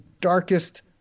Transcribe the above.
darkest